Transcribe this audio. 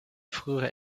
frühere